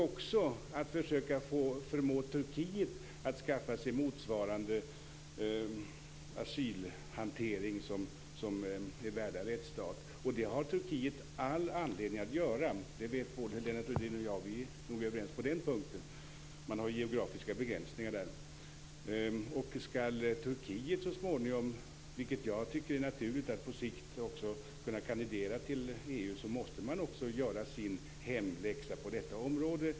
Man försökte också förmå Turkiet att skaffa sig motsvarande asylhantering, som är värdig en rättsstat. Det har Turkiet all anledning att göra, det vet både Lennart Rohdin och jag. Vi är nog överens på den punkten. Man har geografiska begränsningar där. Skall Turkiet så småningom - vilket jag tycker är naturligt - på sikt kunna kandidera till EU måste Turkiet också göra sin hemläxa på detta område.